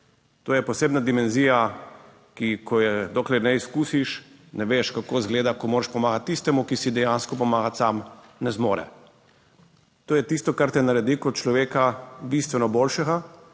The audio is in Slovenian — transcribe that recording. To je posebna dimenzija, ki je, dokler ne izkusiš, ne veš kako izgleda, ko moraš pomagati tistemu, ki si dejansko pomaga sam ne zmore. To je tisto, kar te naredi kot človeka bistveno boljšega,